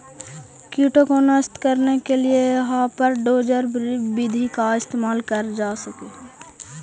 कीटों को नष्ट करने के लिए हापर डोजर विधि का इस्तेमाल करल जा हई